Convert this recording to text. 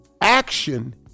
Action